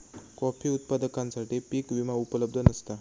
coffee उत्पादकांसाठी पीक विमा उपलब्ध नसता